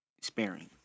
sparing